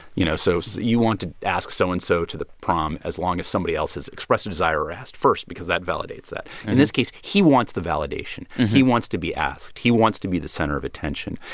you know, so so you want to ask so so-and-so so to the prom as long as somebody else has expressed a desire or asked first because that validates that. in this case, he wants the validation. he wants to be asked. he wants to be the center of attention.